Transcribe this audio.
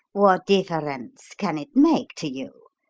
what difference can it make to you?